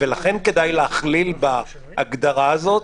ולכן צריך להכליל בהגדרה הזאת